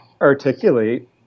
articulate